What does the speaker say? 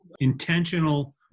intentional